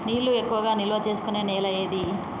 నీళ్లు ఎక్కువగా నిల్వ చేసుకునే నేల ఏది?